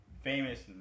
famous